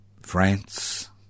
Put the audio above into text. France